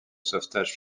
sauvetage